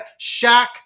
Shaq